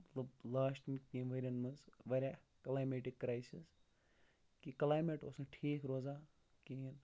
مطلب لاسٹہٕ کٮ۪ن ؤرۍ ین منٛز واریاہ کٕلیمیٹِکۍ کریٚسِز کہِ کٕلیمیٹ اوس نہٕ ٹھیٖک روزان کِہینۍ